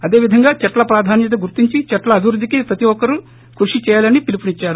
అదేవిధంగా చెట్ల ప్రాధాన్యత గుర్తించి చెట్ల అభివృద్దికి ప్రతి ఒక్కరూ కృషి చెయ్యాలని పిలుపునిచ్చారు